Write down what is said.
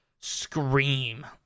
scream